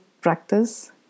practice